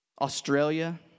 Australia